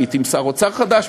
לעתים שר אוצר חדש,